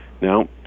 now